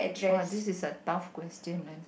!wah! this is a tough question man